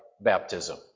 baptism